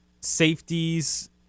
safeties